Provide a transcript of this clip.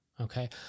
okay